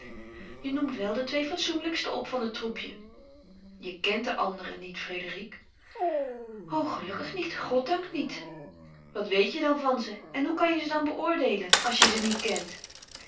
je noemt wel de twee fatsoenlijkste op van het troepje je kent de anderen niet frédérique o gelukkig niet goddank niet wat weet je dan van ze en hoe kan je ze dan beoordeelen als je ze niet kent